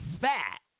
fat